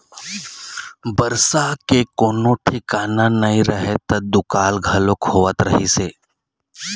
बरसा के कोनो ठिकाना नइ रहय त दुकाल घलोक होवत रहिस हे